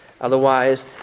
Otherwise